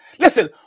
Listen